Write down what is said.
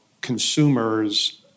consumers